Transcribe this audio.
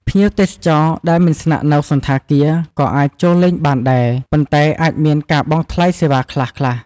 ភ្ញៀវទេសចរដែលមិនស្នាក់នៅសណ្ឋាគារ ក៏អាចចូលលេងបានដែរ ប៉ុន្តែអាចមានការបង់ថ្លៃសេវាខ្លះៗ។